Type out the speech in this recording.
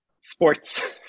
sports